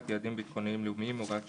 יעדים ביטחוניים-לאומיים)(הוראת שעה),